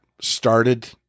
started